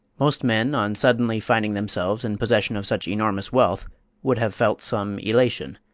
most men on suddenly finding themselves in possession of such enormous wealth would have felt some elation.